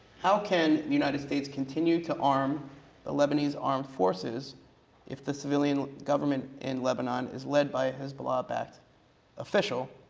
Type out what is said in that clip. how can united states continue to arm the lebanese armed forces if the civilian government in lebanon is led by a hezbollah-backed official,